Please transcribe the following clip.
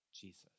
Jesus